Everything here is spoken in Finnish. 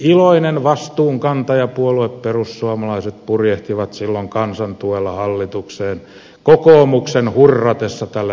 iloinen vastuunkantajapuolue perussuomalaiset purjehtii silloin kansan tuella hallitukseen kokoomuksen hurratessa tälle vastuunkannolle